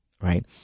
right